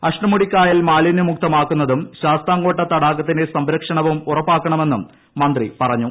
അഷ്ടമുടിക്കായൽ മാലിന്യമുക്തമാക്കുന്നതും ശാസ്താംകോട്ട തടാകത്തിന്റെ സംരക്ഷണവും ഉദ്യപ്പാക്കണമെന്നും മന്ത്രി പറഞ്ഞു